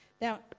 Now